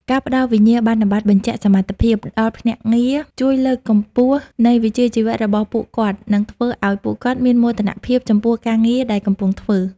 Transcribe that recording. ការផ្ដល់ "វិញ្ញាបនបត្របញ្ជាក់សមត្ថភាព" ដល់ភ្នាក់ងារ ជួយលើកកម្ពស់តម្លៃនៃវិជ្ជាជីវៈរបស់ពួកគាត់ និងធ្វើឱ្យពួកគាត់មានមោទនភាពចំពោះការងារដែលកំពុងធ្វើ។